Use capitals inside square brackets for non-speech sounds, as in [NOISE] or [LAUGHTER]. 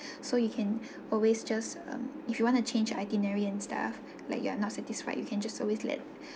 [BREATH] so you can always just um if you want to change your itinerary and stuff like you are not satisfied you can just always let